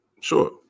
Sure